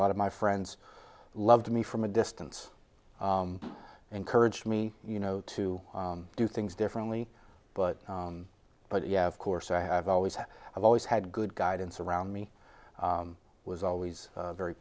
lot of my friends loved me from a distance encouraged me you know to do things differently but but yeah of course i have always had i've always had good guidance around me was always very